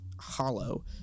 hollow